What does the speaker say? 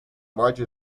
barge